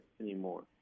anymore